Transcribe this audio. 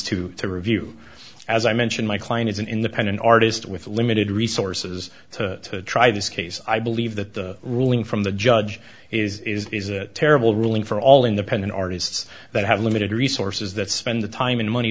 to review as i mentioned my client is an independent artist with limited resources to try this case i believe that the ruling from the judge is a terrible ruling for all independent artists that have limited resources that spend the time and money